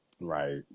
Right